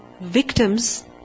victims